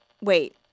Wait